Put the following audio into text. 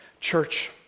Church